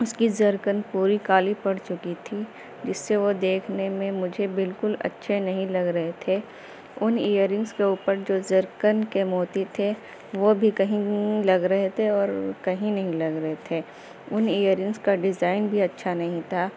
اس کی زرکن پوری کالی پڑ چکی تھی جس سے وہ دیکھنے میں مجھے بالکل اچھے نہیں لگ رہے تھے ان ایئر رنگس کے اوپر جو زرکن کے موتی تھے وہ بھی کہیں لگ رہے تھے کہیں نہیں لگ رہے تھے ان ایئر رنگس کا ڈیزائن بھی اچھا نہیں تھا